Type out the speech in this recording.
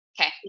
Okay